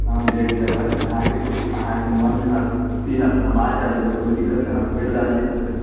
हँ देख लेबै अहाँकेँ अहाँकेँ मनमे खुशी होयत तऽ हम आबि जायब एहिमे कोइ दिक्कत